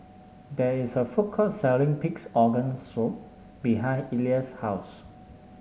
there is a food court selling Pig's Organ Soup behind Elia's house